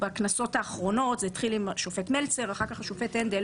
בכנסות האחרונות זה התחיל עם השופט מלצר ואחר כך השופט הנדל